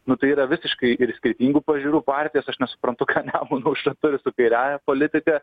nu tai yra visiškai ir skirtingų pažiūrų partijos aš nesuprantu ką nemuno aušra turi su kairiąja politika